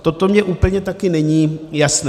Toto mně úplně také není jasné.